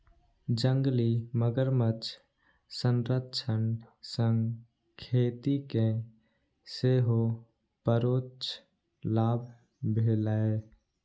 जंगली मगरमच्छ संरक्षण सं खेती कें सेहो परोक्ष लाभ भेलैए